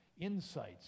Insights